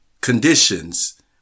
conditions